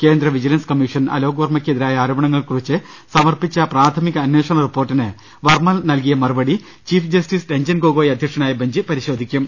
കേന്ദ്ര vigilance commission Alok വർമക്കെതിരായ ആരോപണങ്ങളെക്കുറിച്ച് സമർപ്പിച്ച പ്രാഥമിക അന്വേഷണ റിപ്പോർട്ടിന് വർമ നൽകിയ മറുപടി ചീഫ് ജസ്റ്റിസ് രഞ്ജൻ ഗൊഗോയ് അധ്യക്ഷനായ ബെഞ്ച് പരിശോധിക്കും